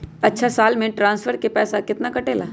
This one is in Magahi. अछा साल मे ट्रांसफर के पैसा केतना कटेला?